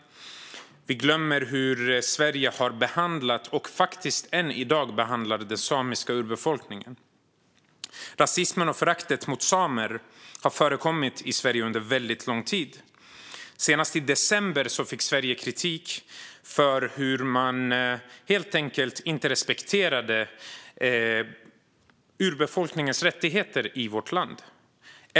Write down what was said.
Vi glömmer hur Sverige har behandlat, och faktiskt än i dag behandlar, den samiska urbefolkningen. Rasismen och föraktet mot samer har förekommit i Sverige under väldigt lång tid. Senast i december fick Sverige kritik för att man helt enkelt inte respekterar urbefolkningens rättigheter i vårt land.